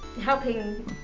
helping